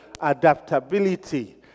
Adaptability